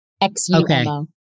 X-U-M-O